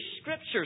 Scriptures